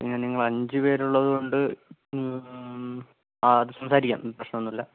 പിന്നെ നിങ്ങൾ അഞ്ചുപേരുള്ളതുകൊണ്ട് ആ അതു സംസാരിക്കാം പ്രശ്നമൊന്നുമില്ല